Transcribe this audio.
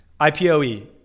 ipoe